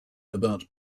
about